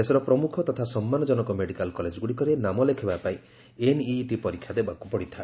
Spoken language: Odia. ଦେଶର ପ୍ରମୁଖ ତଥା ସମ୍ମାନଜନକ ମେଡ଼ିକାଲ କଲେଜ ଗୁଡ଼ିକରେ ନାମ ଲେଖାଇବା ପାଇଁ ଏନ୍ଇଇଟି ପରୀକ୍ଷା ଦେବାକୁ ପଡିଥାଏ